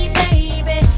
baby